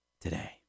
today